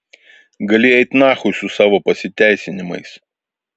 gali eit nachui su savo pasiteisinimais